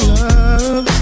love